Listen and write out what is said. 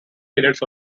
periods